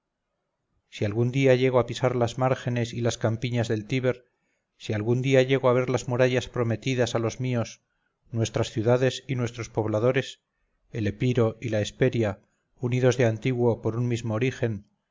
si algún día llego a pisar las márgenes y las campiñas del tíber si algún día llego a ver las murallas prometidas a los míos nuestras ciudades y nuestros pobladores el epiro y la hesperia unidos de antiguo por un mismo origen